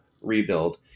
rebuild